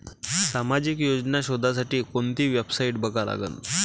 सामाजिक योजना शोधासाठी कोंती वेबसाईट बघा लागन?